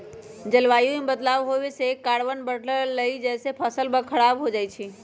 जलवायु में बदलाव होए से कार्बन बढ़लई जेसे फसल स खराब हो जाई छई